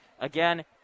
again